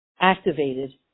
activated